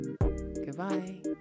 Goodbye